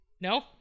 No